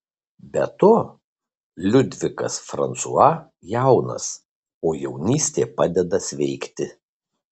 be to liudvikas fransua jaunas o jaunystė padeda sveikti